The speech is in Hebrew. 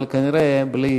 אבל כנראה בלי